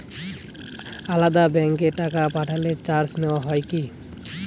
আলাদা ব্যাংকে টাকা পাঠালে চার্জ নেওয়া হয় কি?